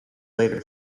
later